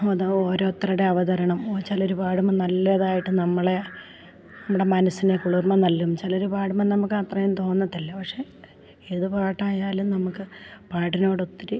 അത് ഓരോരുത്തരുടെ അവതരണം ചിലർ പാടുമ്പം നല്ലതായിട്ട് നമ്മളെ നമ്മുടെ മനസ്സിന് കുളിർമ നൽകും ചിലർ പാടുമ്പം നമുക്ക് അത്രയും തോന്നത്തില്ല പക്ഷേ ഏത് പാട്ടായാലും നമുക്ക് പാട്ടിനോട് ഒത്തിരി